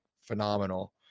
phenomenal